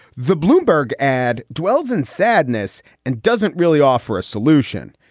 the bloomberg ad dwells in sadness and doesn't really offer a solution.